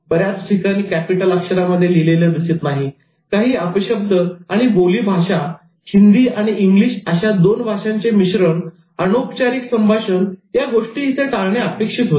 बऱ्याच ठिकाणी कॅपिटल अक्षरांमध्ये लिहिलेलं दिसत नाही काही अपशब्द आणि बोली भाषा हिंदी आणि इंग्लिश अशा दोन भाषांचे मिश्रण अनोपचारिक संभाषण या गोष्टी इथे टाळणे अपेक्षित होते